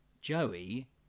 Joey